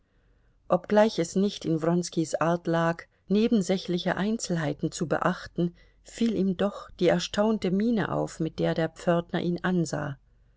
obgleich es nicht in wronskis art lag nebensächliche einzelheiten zu beachten fiel ihm doch die erstaunte miene auf mit der der pförtner ihn ansah